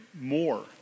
more